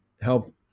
help